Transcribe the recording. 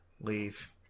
Leave